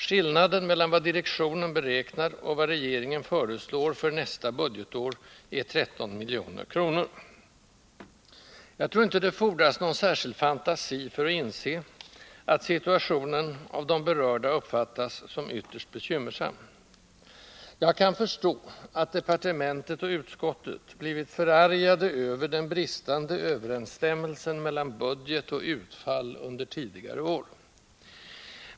Skillnaden mellan vad direktionen beräknar och vad regeringen föreslår för nästa budgetår är 13 milj.kr. Jag tror inte att det fordras någon särskild fantasi för att inse att situationen av de berörda uppfattas som ytterst bekymmersam. Jag kan förstå att departementet och utskottet blivit förargade över den bristande överensstämmelsen mellan budget och utfall under tidigare år.